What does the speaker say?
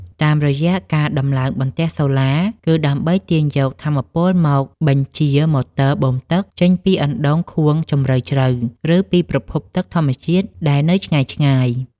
តាមរយៈការដំឡើងបន្ទះសូឡា គឺដើម្បីទាញយកថាមពលមកបញ្ជាម៉ូទ័របូមទឹកចេញពីអណ្តូងខួងជម្រៅជ្រៅ ឬពីប្រភពទឹកធម្មជាតិដែលនៅឆ្ងាយៗ។